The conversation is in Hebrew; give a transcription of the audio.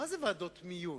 מה זה ועדות מיון?